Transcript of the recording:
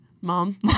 Mom